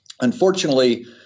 Unfortunately